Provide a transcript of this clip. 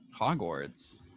Hogwarts